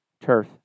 turf